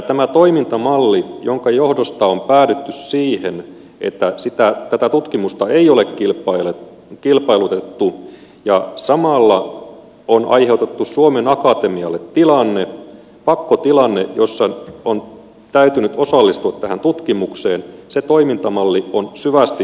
tämä toimintamalli jonka johdosta on päädytty siihen että tätä tutkimusta ei ole kilpailutettu ja samalla on aiheutettu suomen akatemialla pakkotilanne jossa on täytynyt osallistua tähän tutkimukseen on syvästi paheksuttava